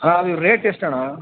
ಹಾಂ ಅದು ರೇಟ್ ಎಷ್ಟು ಅಣ್ಣ